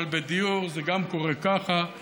אבל גם בדיור זה קורה ככה,